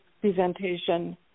presentation